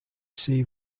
sea